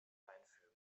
einfügen